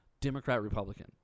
Democrat-Republican